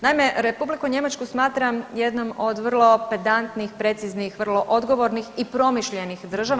Naime Republiku Njemačku smatram jednom od vrlo pedantnih, preciznih, vrlo odgovornih i promišljenih država.